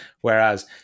Whereas